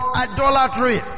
idolatry